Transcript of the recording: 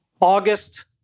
August